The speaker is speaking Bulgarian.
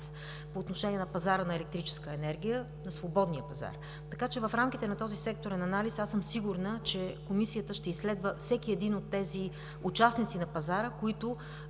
по отношение на пазара на електрическа енергия – на свободния пазар. В рамките на този секторен анализ съм сигурна, че Комисията ще изследва всеки един от тези участници на пазара, за които